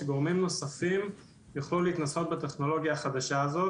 שגורמים נוספים יוכלו להתנסות בטכנולוגיה החדשה הזאת